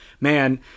Man